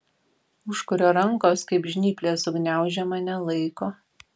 užkurio rankos kaip žnyplės sugniaužė mane laiko